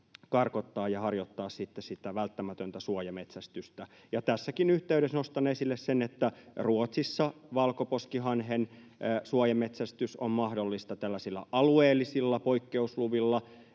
karkottaa ja harjoittaa sitten sitä välttämätöntä suojametsästystä. Ja tässäkin yhteydessä nostan esille sen, että Ruotsissa valkoposkihanhen suojametsästys on mahdollista tällaisilla alueellisilla poikkeusluvilla